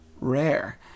Rare